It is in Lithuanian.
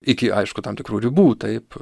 iki aišku tam tikrų ribų taip